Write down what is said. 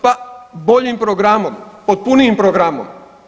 Pa boljim programom, potpunijim programom.